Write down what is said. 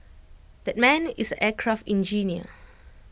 that man is aircraft engineer